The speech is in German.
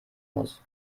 muss